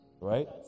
right